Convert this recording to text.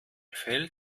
fällt